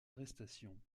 arrestation